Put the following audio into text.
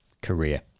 career